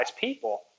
people